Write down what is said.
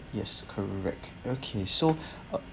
yes correct okay so uh